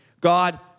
God